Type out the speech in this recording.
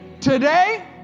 Today